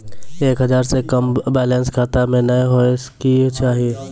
एक हजार से कम बैलेंस खाता मे नैय होय के चाही